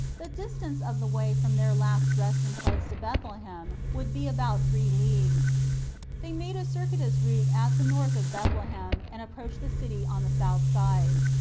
the dis tance of the way from their last resting place to bethlehem would be about three leagues they made a circuitous route at the north of bethlehem and approached the city on the south side.